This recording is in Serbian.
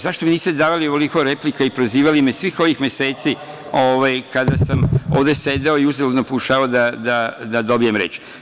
Zašto mi niste davali ovoliko replika i prozivali me svih ovih meseci kada sam ovde sedeo i uzaludno pokušavao da dobijem reč?